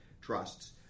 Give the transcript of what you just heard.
trusts